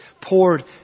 poured